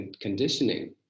conditioning